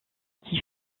qui